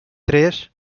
três